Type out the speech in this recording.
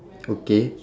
okay